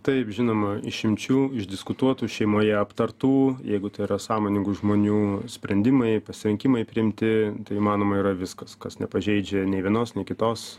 taip žinoma išimčių išdiskutuotų šeimoje aptartų jeigu tai yra sąmoningų žmonių sprendimai pasirinkimai priimti tai įmanoma yra viskas kas nepažeidžia nei vienos nei kitos